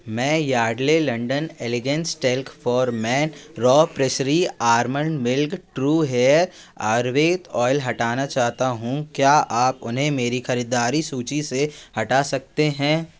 मैं Yardley London elegance talc for men raw pressery almond milk और true hair ayurvedic तेल हटाना चाहता हूँ क्या आप उन्हें मेरी ख़रीदारी सूचि से हटा सकते हैं